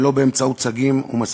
ולא באמצעות צגים ומסכים.